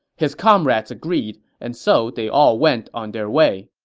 his comrades agreed, and so they all went on their way